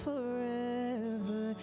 Forever